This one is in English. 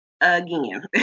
again